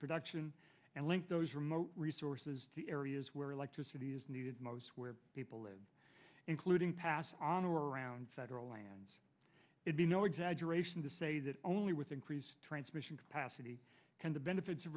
production and link those remote resources to areas where electricity is needed most where people live including pass on or around federal lands it be no exaggeration to say that only with increased transmission capacity can the benefits of